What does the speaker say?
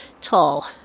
tall